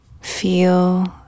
Feel